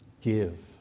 give